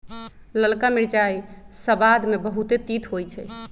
ललका मिरचाइ सबाद में बहुते तित होइ छइ